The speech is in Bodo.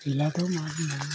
गैला मा बुंबावनो